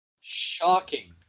Shocking